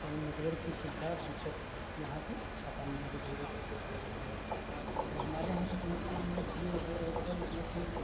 और नेटवर्क की सुविधा अब दिक्कत यहाँ से ख़त्म धीरे धीरे करके हो रही है और हमारे यहाँ इस समय पर हैं जैसे जिओ है Airtel B S N L